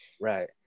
Right